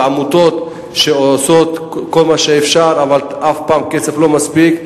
העמותות שעושות כל מה שאפשר אבל אף פעם הכסף לא מספיק,